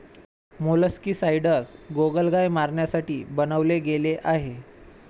molluscicides गोगलगाय मारण्यासाठी बनवले गेले आहे